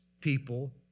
people